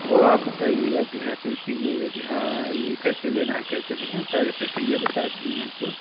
वह आप बताइएगा कि हाँ चूज कीजिएगा कि हाँ ये कैसे लेना कैसे नहीं हम सारी प्रक्रिया बता दिए हैं आपको